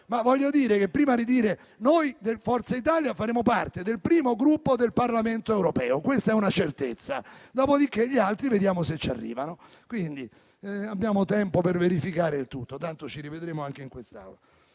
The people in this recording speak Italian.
Voglio dire che noi di Forza Italia faremo parte del primo Gruppo del Parlamento europeo e questa è una certezza, dopodiché gli altri vediamo se ci arrivano. Abbiamo tempo per verificare il tutto, tanto ci rivedremo in quest'Aula.